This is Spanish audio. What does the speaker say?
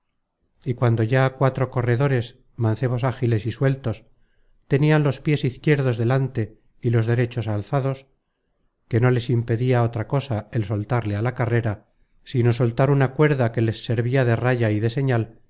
y cuando ya cuatro corredores mancebos ágiles y sueltos tenian los piés izquierdos delante y los derechos alzados que no les impedia otra cosa el soltarse á la carrera sino soltar una cuerda que les servia de raya y de señal